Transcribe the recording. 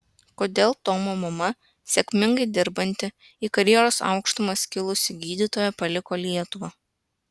kodėl tomo mama sėkmingai dirbanti į karjeros aukštumas kilusi gydytoja paliko lietuvą